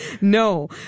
no